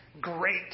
great